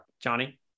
johnny